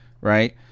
right